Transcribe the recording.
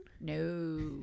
No